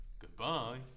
Goodbye